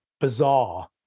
bizarre